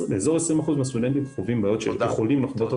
כ-20% מהסטודנטים יכולים לחוות בעיות של רשת.